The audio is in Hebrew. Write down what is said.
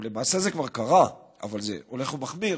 למעשה זה כבר קרה, אבל זה הולך ומחמיר,